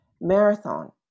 Marathon